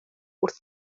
wrth